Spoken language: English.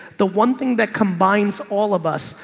the one thing that combines all of us,